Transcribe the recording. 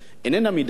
איננה מידתית.